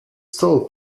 still